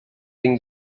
then